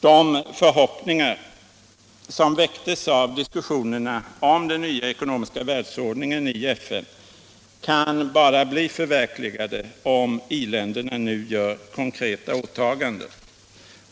De förhoppningar som väcktes av diskussionerna i FN om den nya ekonomiska världsordningen kan bara bli förverkligade, om i-länderna nu gör konkreta åtaganden.